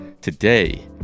Today